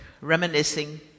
reminiscing